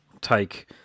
take